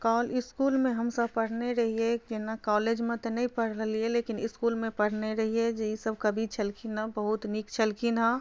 कओन इसकुलमे हमसब पढ़ने रहियै कि ने कॉलेजमे तऽ नहि पढ़लियै लेकिन इसकुलमे पढ़ने रहियै जे ई सब कवि छलखिन हँ बहुत नीक छलखिन हँ